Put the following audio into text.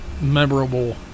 Memorable